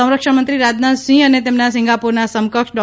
સંરક્ષણમંત્રી રાજનાથસિંહ અને તેમના સિંગાપોરના સમકક્ષ ડો